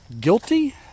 guilty